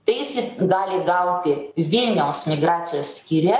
tai jis jį gali gauti vilniaus migracijos skyriuje